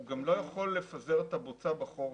הוא גם לא יכול לפזר את הבוצה בחורף.